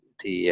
thì